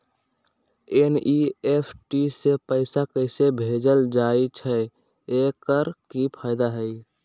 NEFT से पैसा कैसे भेजल जाइछइ? एकर की फायदा हई?